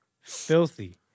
Filthy